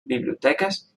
biblioteques